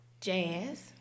Jazz